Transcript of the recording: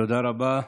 תודה רבה.